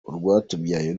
urwatubyaye